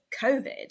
Covid